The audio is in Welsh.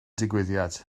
digwyddiad